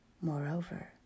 moreover